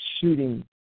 shooting